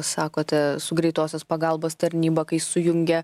sakote su greitosios pagalbos tarnyba kai sujungia